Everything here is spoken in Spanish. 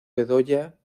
bedoya